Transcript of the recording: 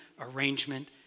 arrangement